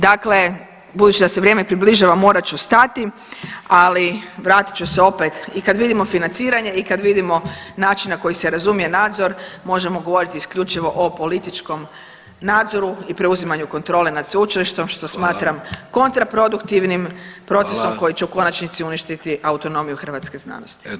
Dakle, budući da se vrijeme približava morat ću stati, ali vratit ću se opet i kad vidimo financiranje i kad vidimo način na koji se razumije nadzor možemo govoriti isključivo o političkom nadzoru i preuzimanju kontrole nad sveučilištem što [[Upadica Vidović: Hvala.]] smatram kontraproduktivnim procesom [[Upadica Vidović: Hvala.]] koji će u konačnici uništiti autonomiju hrvatske znanosti.